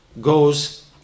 goes